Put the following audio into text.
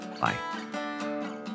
bye